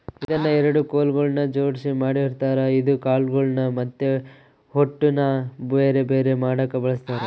ಇದನ್ನ ಎರಡು ಕೊಲುಗಳ್ನ ಜೊಡ್ಸಿ ಮಾಡಿರ್ತಾರ ಇದು ಕಾಳುಗಳ್ನ ಮತ್ತೆ ಹೊಟ್ಟುನ ಬೆರೆ ಬೆರೆ ಮಾಡಕ ಬಳಸ್ತಾರ